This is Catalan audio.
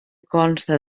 consta